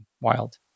wild